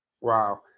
Wow